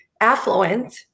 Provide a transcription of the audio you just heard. affluent